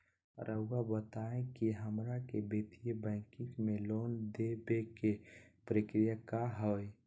रहुआ बताएं कि हमरा के वित्तीय बैंकिंग में लोन दे बे के प्रक्रिया का होई?